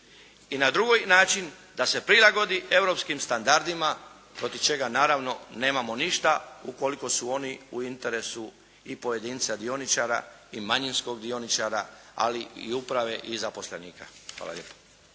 I na drugi način da se prilagodi europskim standardima protiv čega naravno nemamo ništa ukoliko su oni u interesu i pojedinca dioničara i manjinskog dioničara, ali i uprave i zaposlenika. Hvala lijepo.